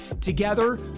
Together